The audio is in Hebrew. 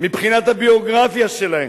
"מבחינת הביוגרפיה שלהם,